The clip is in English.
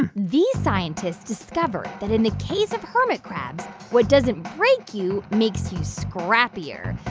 and these scientists discovered that in the case of hermit crabs, what doesn't break you makes you scrappier.